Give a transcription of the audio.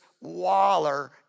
waller